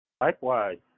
Likewise